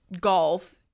golf